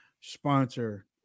sponsor